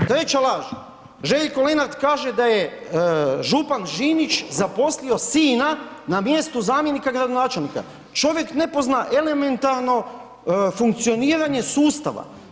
Treća laž Željko Lenart kaže da je župan Žinić zaposlio sina na mjestu zamjenika gradonačelnika, čovjek ne pozna elementarno funkcioniranje sustava.